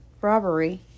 robbery